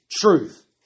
truth